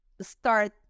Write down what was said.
start